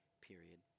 period